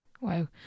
Wow